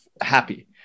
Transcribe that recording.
happy